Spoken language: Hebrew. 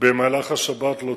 לא תבוצע במהלך השבת.